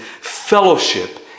fellowship